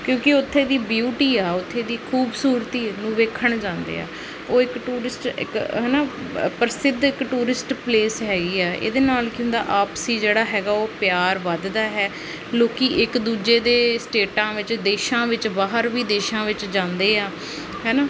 ਕਿਉਂਕਿ ਉੱਥੇ ਦੀ ਬਿਊਟੀ ਆ ਉੱਥੇ ਦੀ ਖੂਬਸੂਰਤੀ ਨੂੰ ਵੇਖਣ ਜਾਂਦੇ ਆ ਉਹ ਇੱਕ ਟੂਰਿਸਟ ਇੱਕ ਹੈ ਨਾ ਪ੍ਰਸਿੱਧ ਇੱਕ ਟੂਰਿਸਟ ਪਲੇਸ ਹੈਗੀ ਆ ਇਹਦੇ ਨਾਲ ਕੀ ਹੁੰਦਾ ਆਪਸੀ ਜਿਹੜਾ ਹੈਗਾ ਉਹ ਪਿਆਰ ਵੱਧਦਾ ਹੈ ਲੋਕ ਇੱਕ ਦੂਜੇ ਦੇ ਸਟੇਟਾਂ ਵਿੱਚ ਦੇਸ਼ਾਂ ਵਿੱਚ ਬਾਹਰ ਵਿਦੇਸ਼ਾਂ ਵਿੱਚ ਜਾਂਦੇ ਆ ਹੈ ਨਾ